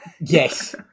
Yes